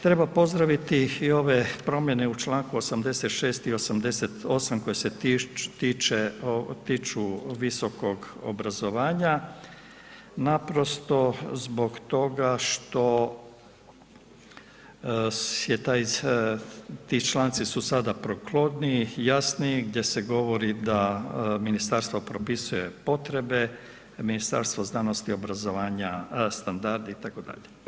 Treba pozdraviti i ove promjene u članku 86. i 88. koje su se tiču visokog obrazovanja, naprosto zbog toga što ti članci su sada prikladniji, jasniji gdje se govori da ministarstvo propisuje potrebe, Ministarstvo znanosti i obrazovanja, standard itd.